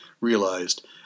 realized